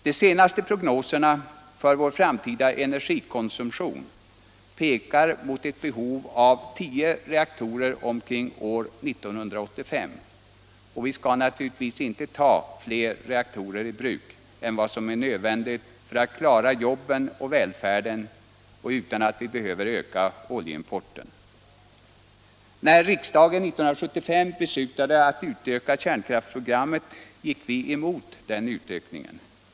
De senaste prognoserna för vår framtida energikonsumtion pekar mot ett behov av tio reaktorer omkring år 1985, och vi skall naturligtvis inte ta fler reaktorer i bruk än vad som är nödvändigt för att klara jobben och välfärden och som går att ta i bruk utan att vi behöver öka oljeimporten. När riksdagen 1975 beslutade att utöka kärnkraftsprogrammet gick vi emot den utökningen.